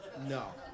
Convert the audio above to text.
No